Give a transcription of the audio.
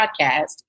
podcast